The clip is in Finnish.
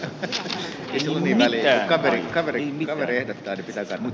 nyt istui neljää kaveri olleiden käsitys että